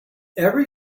every